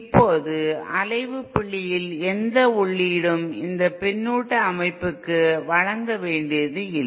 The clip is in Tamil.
இப்போது அலைவு புள்ளியில் எந்த உள்ளீடும் இந்த பின்னூட்ட அமைப்புக்கு வழங்க வேண்டியதில்லை